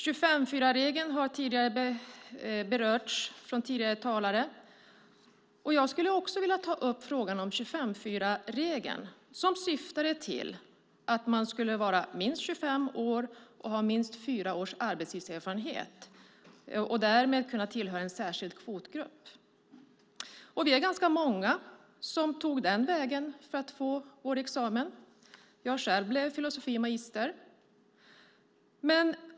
25:4-regeln har berörts av tidigare talare, och jag skulle också vilja ta upp den. Den regeln avsåg att man skulle vara minst 25 år och ha minst fyra års arbetslivserfarenhet och därmed få tillhöra en särskild kvotgrupp. Vi är ganska många som tog den vägen för att få vår examen. Jag själv blev filosofie magister.